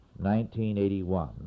1981